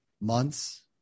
months